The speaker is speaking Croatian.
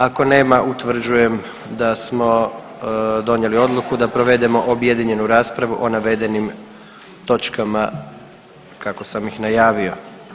Ako nema utvrđujem da smo donijeli odluku da provedemo objedinjenu raspravu o navedenim točkama kako sam ih najavio.